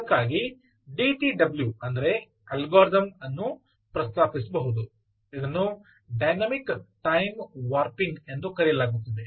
ಇದಕ್ಕಾಗಿ ಡಿಟಿಡಬ್ಲ್ಯೂ ಎಂಬ ಅಲ್ಗಾರಿದಮ್ ಅನ್ನು ಪ್ರಸ್ತಾಪಿಸಿದರು ಇದನ್ನು ಡೈನಾಮಿಕ್ ಟೈಮ್ ವಾರ್ಪಿಂಗ್ ಎಂದು ಕರೆಯಲಾಗುತ್ತದೆ